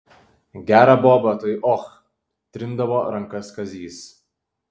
gera boba tai och trindavo rankas kazys